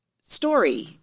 story